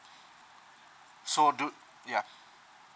so do yeah